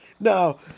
No